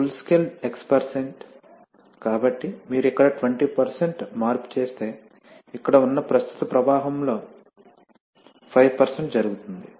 full scale x కాబట్టి మీరు ఇక్కడ 20 మార్పు చేస్తే ఇక్కడ ఉన్న ప్రస్తుత ప్రవాహంలో 5 జరుగుతుంది